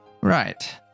Right